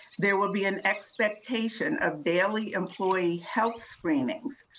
there will be an expectation of daily employee health screenings,